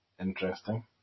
Interesting